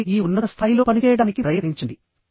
కాబట్టి ఈ ఉన్నత స్థాయిలో పనిచేయడానికి ప్రయత్నించండి